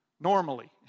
Normally